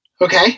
Okay